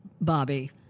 Bobby